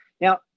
Now